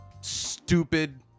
stupid